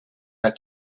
der